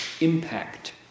impact